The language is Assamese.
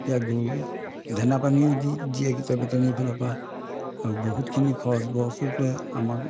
ইয়াৰ গৰু দানা পানীও দি দিয়ে কেতিয়াবা ভেটেনেৰীফালৰ পৰা আৰু বহুতখিনি খৰচ বছো কয় আমাক